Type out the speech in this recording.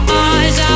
eyes